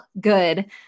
good